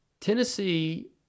Tennessee